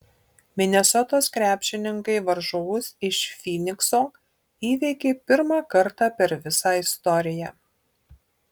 minesotos krepšininkai varžovus iš fynikso įveikė pirmą kartą per visą istoriją